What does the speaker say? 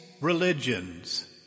religions